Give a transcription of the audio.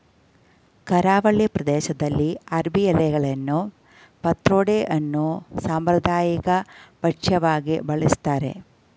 ಕರಾವಳಿ ಪ್ರದೇಶ್ದಲ್ಲಿ ಅರ್ಬಿ ಎಲೆಗಳನ್ನು ಪತ್ರೊಡೆ ಅನ್ನೋ ಸಾಂಪ್ರದಾಯಿಕ ಭಕ್ಷ್ಯವಾಗಿ ಬಳಸ್ತಾರೆ